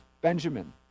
Benjamin